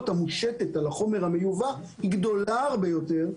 המושטת על החומר המיובא היא גדולה הרבה יותר,